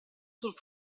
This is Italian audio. sul